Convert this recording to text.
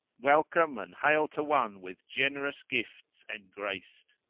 welcome and hail to one with generous gifts engraced!